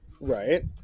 Right